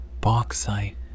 bauxite